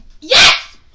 Yes